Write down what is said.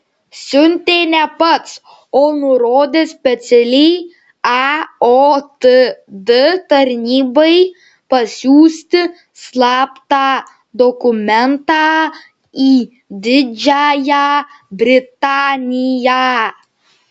siuntė ne pats o nurodė specialiai aotd tarnybai pasiųsti slaptą dokumentą į didžiąją britaniją